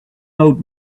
old